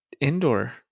indoor